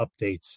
updates